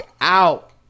out